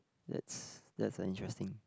that's that's interesting